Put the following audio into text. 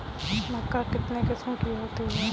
मक्का कितने किस्म की होती है?